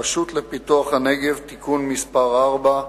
הרשות לפיתוח הנגב (תיקון מס' 4),